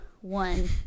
one